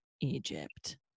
Egypt